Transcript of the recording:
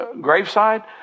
graveside